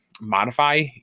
modify